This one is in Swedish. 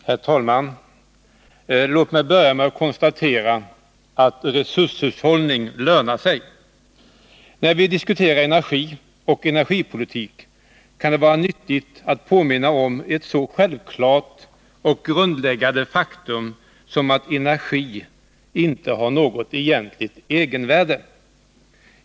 Herr talman! Låt mig börja med att konstatera att resurshushållning lönar sig. När vi diskuterar energi och energipolitik kan det vara nyttigt att påminna om ett så självklart och grundläggande faktum som att energi inte har något egentligt egenvärde.